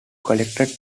collected